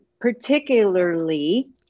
particularly